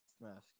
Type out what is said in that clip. mask